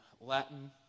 Latin